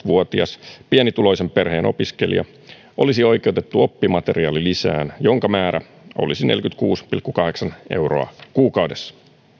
vuotias pienituloisen perheen opiskelija olisi oikeutettu oppimateriaalilisään jonka määrä olisi neljäkymmentäkuusi pilkku kahdeksan euroa kuukaudessa